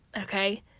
okay